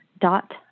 dot